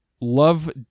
Love